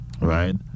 right